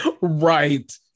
Right